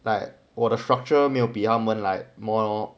like 我的 structure 没有比他们 like more